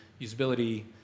usability